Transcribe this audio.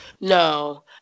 no